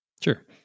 Sure